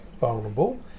vulnerable